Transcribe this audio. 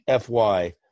FY